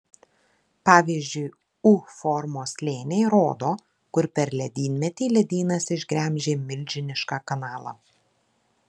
pavyzdžiui u formos slėniai rodo kur per ledynmetį ledynas išgremžė milžinišką kanalą